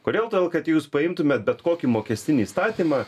kodėl todėl kad jūs paimtumėt bet kokį mokestinį įstatymą